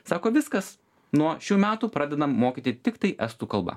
sako viskas nuo šių metų pradedam mokyti tiktai estų kalba